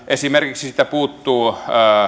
esimerkiksi siitä puuttuu